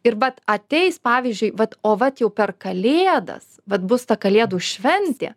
ir vat ateis pavyzdžiui vat o vat jau per kalėdas vat bus ta kalėdų šventė